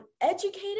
educated